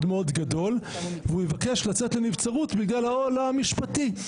מאוד גדול והוא יבקש לצאת לנבצרות בגלל העול המשפטי.